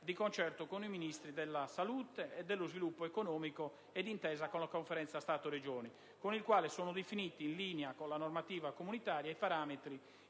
di concerto con i Ministri della salute e dello sviluppo economico e d'intesa con la Conferenza Stato-Regioni, con il quale sono definiti, in linea con la normativa comunitaria, i parametri